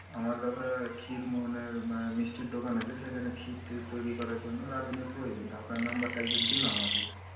আমার দাদা ক্ষীর মোহনের মানে মিষ্টির দোকান আছে সেখানে ক্ষীর টীর তৈরি করার জন্য রাধুনির প্রয়োজন তা আপনার নাম্বারটা একজন দিল আমাকে